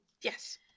yes